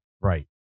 Right